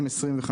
הם 25%,